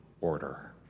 order